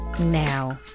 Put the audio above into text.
now